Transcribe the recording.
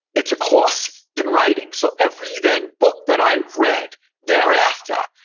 it's a course in writing. so every, then, book that i read thereafter,